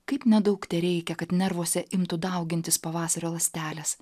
kaip nedaug tereikia kad nervuose imtų daugintis pavasario ląstelės